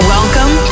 Welcome